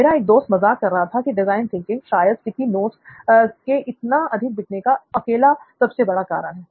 मेरा एक दोस्त मज़ाक कर रहा था कि डिज़ाइन थिंकिंग शायद स्टिकी नोट्स के इतना अधिक बिकने का अकेला सबसे बड़ा कारण है